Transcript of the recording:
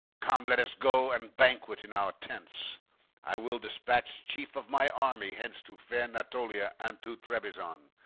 come, let us go and banquet in our tents i will despatch chief of my army hence to fair natolia and to trebizon,